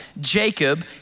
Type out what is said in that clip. Jacob